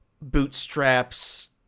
bootstraps